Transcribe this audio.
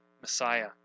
Messiah